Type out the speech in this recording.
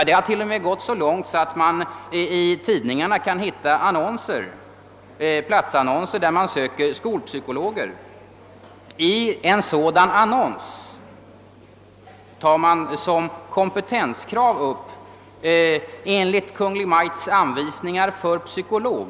Det har t.o.m. gått så långt, att man i tidningarna kan se platsannonser om skolpsykologer i vilka man såsom kompetenskrav föreskriver »enligt Kungl. Maj:ts anvisningar för psykolog (fil.